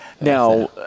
Now